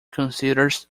considers